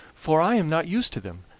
for i am not used to them.